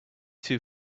two